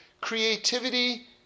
creativity